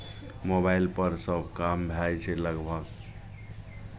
मोबाइलपर सभ काम भए जाइ छै लगभग